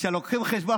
כשאנחנו עושים חשבון,